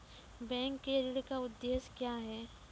Bank के ऋण का उद्देश्य क्या हैं?